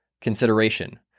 consideration